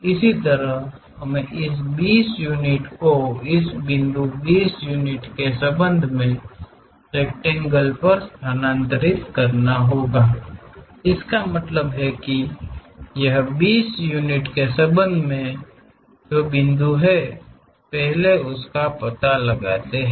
इसी तरह हमें इस 20 यूनिट को इस बिंदु 20 यूनिट के संबंध में रेकटेंगेल पर स्थानांतरित करना होगा इसका मतलब है कि यह 20 यूनिट के संबंध में बिंदु है जो पहले इसका पता लगाते हैं